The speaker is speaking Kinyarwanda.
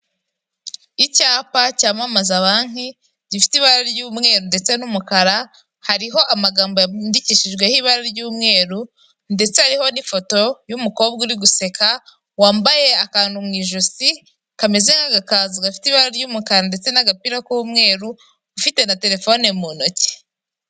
Icyapa cyamamaza banki gifite ibara ry'umweru ndetse n'umukara hariho amagambo yandikishijweho ibara ry'umweru ndetse hariho n'ifoto y'umukobwa uri guseka wambaye akantu mu ijosi kameze nk'agakaza gafite ibara ry'umukara ndetse n'agapira k'umweru ufite na telefone mu ntoki.